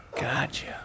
Gotcha